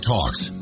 Talks